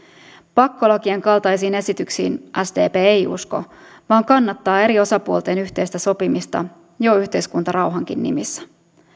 pakkolakien kaltaisiin esityksiin sdp ei usko vaan kannattaa eri osapuolten yhteistä sopimusta jo yhteiskuntarauhankin nimissä